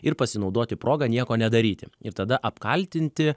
ir pasinaudoti proga nieko nedaryti ir tada apkaltinti